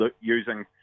using